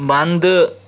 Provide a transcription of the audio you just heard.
بنٛدٕ